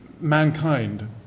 mankind